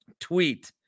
tweet